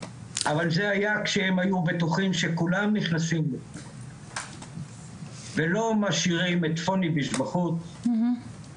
אבל זה היה כשהם היו בטוחים שכולם נכנסים ולא משאירים את פוניבז' ולא